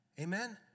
Amen